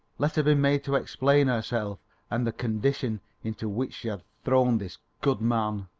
let her be made to explain herself and the condition into which she had thrown this good man.